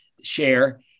share